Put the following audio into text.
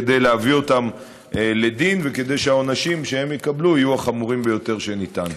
כדי להביא אותם לדין וכדי שהעונשים שהם יקבלו יהיו החמורים ביותר שניתן.